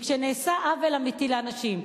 וכשנעשה עוול אמיתי לאנשים,